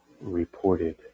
reported